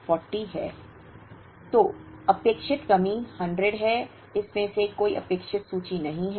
तो अपेक्षित कमी 100 है इसमें से कोई अपेक्षित सूची नहीं है